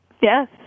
Yes